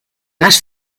más